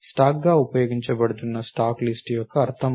స్టాక్గా ఉపయోగించబడుతున్న stack list యొక్క అర్థం ఇది